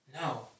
No